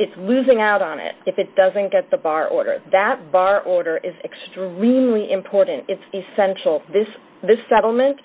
it's losing out on it if it doesn't get the bar ordered that bar order is extremely important it's essential this this settlement